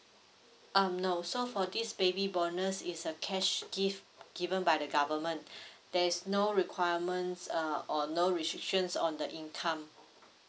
um no so for this baby bonus is a cash gift given by the government there's no requirements uh or no restrictions on the income